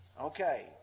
Okay